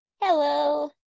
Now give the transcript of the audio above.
hello